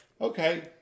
okay